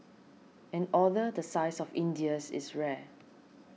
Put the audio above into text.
an order the size of India's is rare